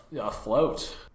afloat